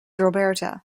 roberta